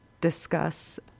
discuss